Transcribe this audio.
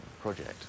project